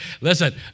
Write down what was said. Listen